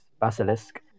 basilisk